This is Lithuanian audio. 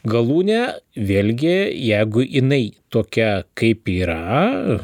galūnė vėlgi jeigu jinai tokia kaip yra